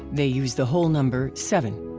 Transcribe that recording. they use the whole number seven.